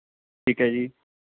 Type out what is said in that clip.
ਠੀਕ ਹੈ ਜੀ